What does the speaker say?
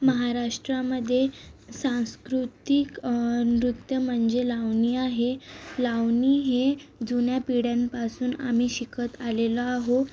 महाराष्ट्रामध्ये सांस्कृतिक नृत्य म्हणजे लावणी आहे लावणी हे जुन्या पिढ्यांपासून आम्ही शिकत आलेलो आहो